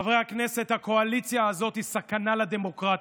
חברי הכנסת, הקואליציה הזאת היא סכנה לדמוקרטיה.